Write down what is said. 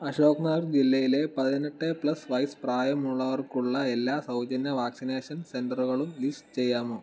അശോക്നഗർ ജില്ലയിലെ പതിനെട്ട് പ്ലസ് വയസ്സ് പ്രായമുള്ളവർക്കുള്ള എല്ലാ സൗജന്യ വാക്സിനേഷൻ സെൻ്ററുകളും ലിസ്റ്റ് ചെയ്യാമോ